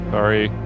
Sorry